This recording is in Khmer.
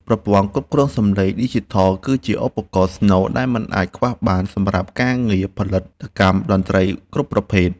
ប្រព័ន្ធគ្រប់គ្រងសំឡេងឌីជីថលគឺជាឧបករណ៍ស្នូលដែលមិនអាចខ្វះបានសម្រាប់ការងារផលិតកម្មតន្ត្រីគ្រប់ប្រភេទ។